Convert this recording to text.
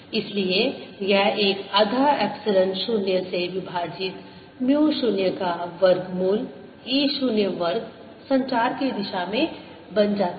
इसलिए यह एक आधा एप्सिलॉन 0 से विभाजित म्यू 0 का वर्गमूल e 0 वर्ग संचार की दिशा में बन जाता है